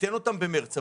ניתן אותם במרץ,